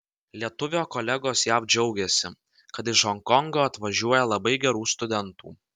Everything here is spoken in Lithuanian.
lietuvio kolegos jav džiaugiasi kad iš honkongo atvažiuoja labai gerų studentų